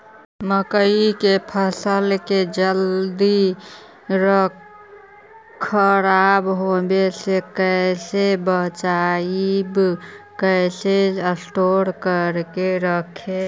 मकइ के फ़सल के जल्दी खराब होबे से कैसे बचइबै कैसे स्टोर करके रखबै?